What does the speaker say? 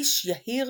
איש יהיר